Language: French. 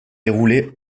déroulée